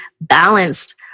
balanced